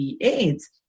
AIDS